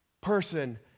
person